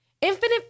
infinite